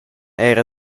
era